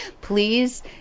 Please